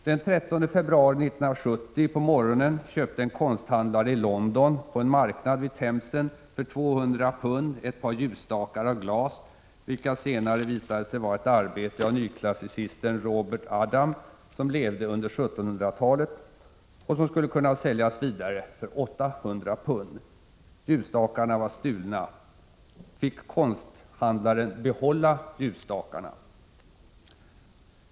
Den 13 februari 1970 på morgonen köpte en konsthandlare i London, på en marknad vid Themsen, för 200 pund ett par ljusstakar av glas, som senare visade sig vara ett arbete av nyklassicisten Robert Adam — han levde under 1700-talet — och som skulle kunna säljas vidare för 800 pund. Ljusstakarna var stulna. Fick konsthandlaren behålla ljusstakarna?